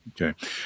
Okay